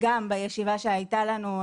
בישיבה שהייתה לנו,